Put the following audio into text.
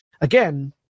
Again